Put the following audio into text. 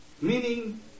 Meaning